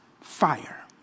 fire